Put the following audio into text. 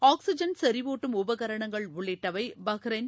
oxygen செநிவூட்டும் உபகரணங்கள் உள்ளிட்டவை பஹ்ரைன்